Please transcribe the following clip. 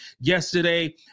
yesterday